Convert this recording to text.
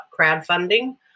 crowdfunding